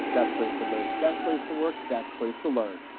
best place to live. best place to work. best place to learn.